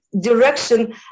direction